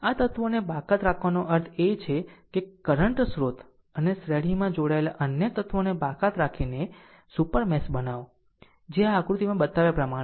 આ તત્વોને બાકાત રાખવાનો અર્થ એ છે કે કરંટ સ્રોત અને શ્રેણીમાં જોડાયેલા અન્ય તત્વોને બાકાત રાખીને સુપર મેશ બનાવો જે આ આકૃતિમાં બતાવ્યા પ્રમાણે છે